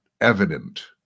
evident